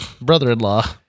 brother-in-law